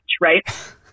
right